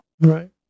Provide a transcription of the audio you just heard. Right